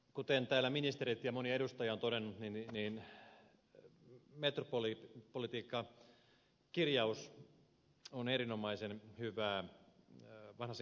kuten täällä ministerit ja monet edustajat ovat todenneet metropolipolitiikka kirjaus on erinomaisen hyvä vanhasen kakkoshallituksen ohjelmassa